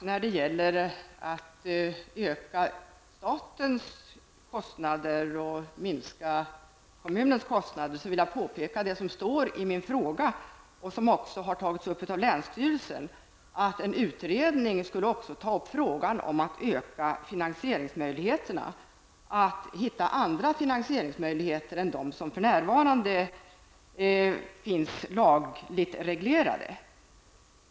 När det gäller att öka statens kostnader och minska kommunens kostnader vill jag påpeka det som står i min fråga och som också har tagits upp av länsstyrelsen, nämligen att en utredning skall ta upp frågan om att öka finansieringsmöjligheterna och att hitta andra finansieringsmöjligheter än de som för närvarande finns lagreglerade.